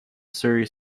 surrey